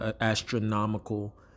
astronomical